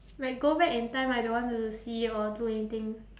like go back in time I don't want to see or do anything